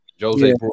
Jose